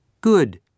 Good